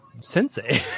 sensei